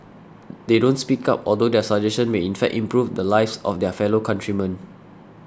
they don't speak up although their suggestion may in fact improve the lives of their fellow countrymen